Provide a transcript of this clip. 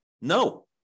No